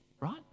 right